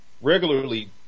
Regularly